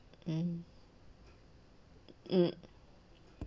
mm mm